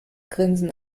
grinsen